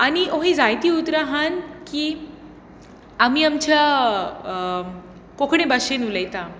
आनी अशीं जायती उतरां आहांत की आमी आमच्या कोंकणी भाशेन उलयता